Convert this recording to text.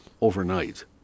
overnight